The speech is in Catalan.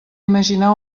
imaginar